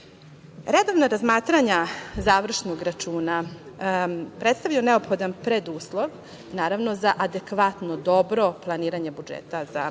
vlasti. Redovna razmatranja završnog računa predstavljaju neophodan preduslov, naravno, za adekvatno dobro planiranje budžeta